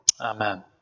Amen